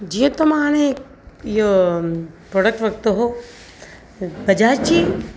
जीअं त मां हाणे इहो प्रॉडक्ट वरितो हो बजाज जी